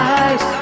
eyes